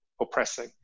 oppressing